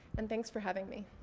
and thanks for having me.